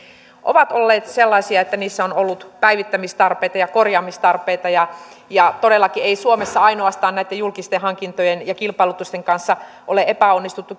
ovat olleet sellaisia että niissä on ollut päivittämistarpeita ja korjaamistarpeita todellakin ei ainoastaan suomessa näitten julkisten hankintojen ja kilpailutusten kanssa ole epäonnistuttu